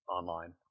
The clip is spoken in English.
online